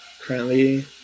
currently